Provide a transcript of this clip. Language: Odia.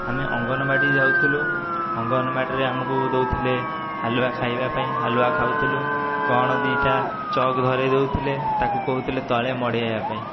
ଆମେ ଅଙ୍ଗନବାଡ଼ି ଯାଉଥିଲୁ ଅଙ୍ଗନବାଡ଼ିରେ ଆମକୁ ଦେଉଥିଲେ ହାଲୱା ଖାଇବା ପାଇଁ ହାଲୱା ଖାଉଥିଲୁ କ'ଣ ଦୁଇଟା ଚକ୍ ଧରେଇ ଦେଉଥିଲେ ତାକୁ କହୁଥିଲେ ତଳେ ମଡ଼େଇବା ପାଇଁ